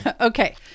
Okay